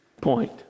point